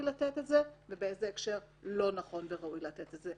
לתת ובאיזה הקשר לא נכון וראוי לתת את זה.